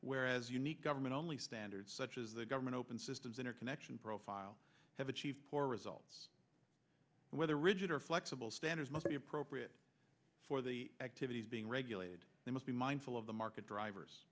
whereas unique government only standards such as the government open systems interconnection profile have achieved poor results whether rigid or flexible standards must be appropriate for the activities being regulated they must be mindful of the market drivers